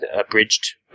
abridged